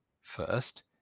First